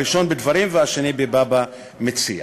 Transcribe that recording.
הראשון בדברים והשני בבבא מציעא.